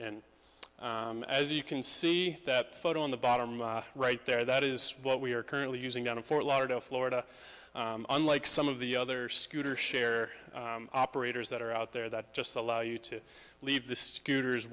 and as you can see that photo on the bottom right there that is what we are currently using down in fort lauderdale florida unlike some of the other scooter share operators that are out there that just allow you to leave the scooters